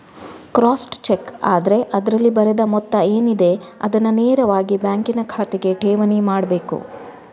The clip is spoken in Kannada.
ಕ್ರಾಸ್ಡ್ ಚೆಕ್ ಆದ್ರೆ ಅದ್ರಲ್ಲಿ ಬರೆದ ಮೊತ್ತ ಏನಿದೆ ಅದನ್ನ ನೇರವಾಗಿ ಬ್ಯಾಂಕಿನ ಖಾತೆಗೆ ಠೇವಣಿ ಮಾಡ್ಬೇಕು